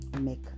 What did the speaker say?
make